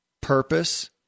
purpose